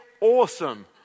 awesome